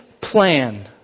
plan